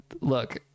look